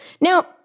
Now